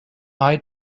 eye